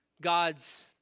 God's